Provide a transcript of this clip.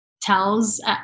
tells